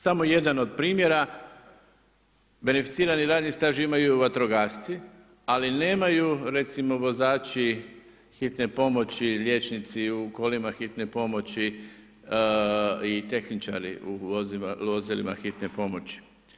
Samo jedan od primjera, beneficirani radni staž imaju vatrogasci, ali nemaju recimo vozači hitne pomoći, liječnici u kolima hitne pomoći i tehničari u vozilima hitne pomoći.